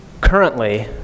currently